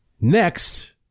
Next